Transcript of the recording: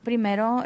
Primero